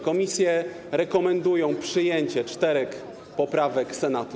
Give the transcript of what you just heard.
Komisje rekomendują przyjęcie czterech poprawek Senatu.